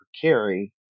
carry